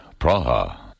Praha